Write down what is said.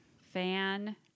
fan